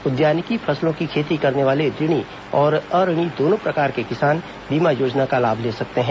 उद्यानिकी फसलों की खेती करने वाले ऋणी और अऋणी दोनों प्रकार के किसान बीमा योजना का लाभ ले सकते हैं